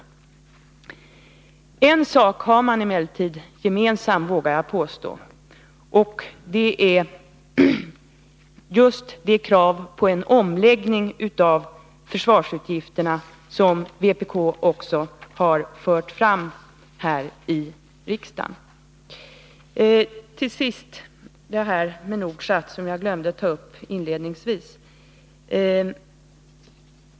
Men jag vågar påstå att det är en sak som de har gemensamt: just det krav på en omläggning av försvarsutgifterna som också vpk har fört fram här i riksdagen. Till sist vill jag säga några ord om Nordsat, som jag glömde ta upp inledningsvis.